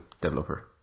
developer